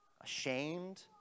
Ashamed